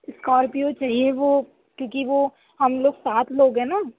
Scorpio چاہیے وہ کیوں کہ وہ ہم لوگ سات لوگ ہیں نا